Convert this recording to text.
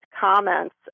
comments